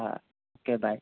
હા okay by